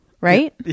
right